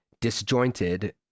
disjointed